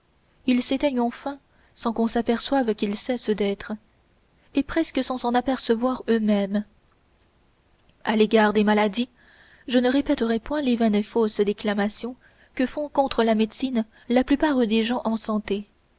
ils s'éteignent enfin sans qu'on s'aperçoive qu'ils cessent d'être et presque sans s'en apercevoir eux-mêmes à l'égard des maladies je ne répéterai point les vaines et fausses déclamations que font contre la médecine la plupart des gens en santé